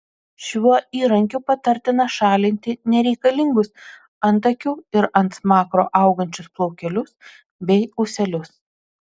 šiuo įrankiu patartina šalinti nereikalingus antakių ir ant smakro augančius plaukelius bei ūselius